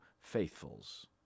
faithfuls